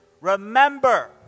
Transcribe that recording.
remember